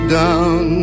down